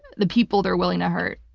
the people they're willing to hurt.